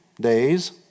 days